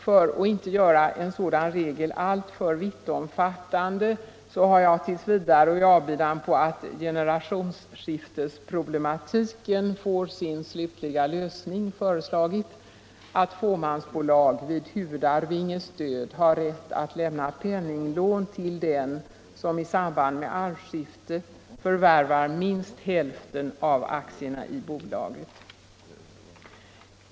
För att inte göra en sådan regel alltför vittomfattande har jag t. v. och i avbidan på att generationsskiftesproblematiken får sin slutliga lösning föreslagit att fåmansbolag vid huvudarvinges död har rätt att lämna penninglån till den som i samband med arvskifte förvärvar minst hälften av aktierna i bolaget.